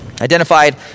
Identified